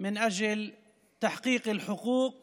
את הזכויות